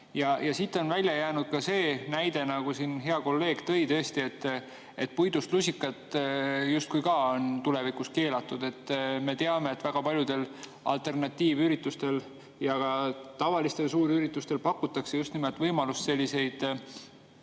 Ja siit on välja jäänud see näide, nagu siin hea kolleeg tõi, et tõesti, puidust lusikad on justkui tulevikus ka keelatud. Me teame, et väga paljudel alternatiivüritustel ja ka tavalistel suurüritustel pakutakse võimalust kasutada selliseid